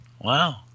Wow